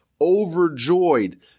overjoyed